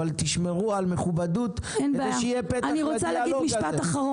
אבל תשמרו על מכובדות כדי שיהיה פתח לדיאלוג הזה.